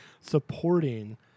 supporting